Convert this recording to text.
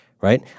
right